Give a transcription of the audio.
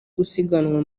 gusiganwa